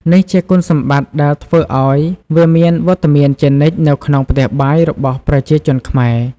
នេះជាគុណសម្បត្តិដែលធ្វើឲ្យវាមានវត្តមានជានិច្ចនៅក្នុងផ្ទះបាយរបស់ប្រជាជនខ្មែរ។